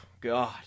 God